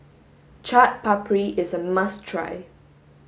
Chaat Papri is a must try